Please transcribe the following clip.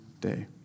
day